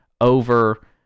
over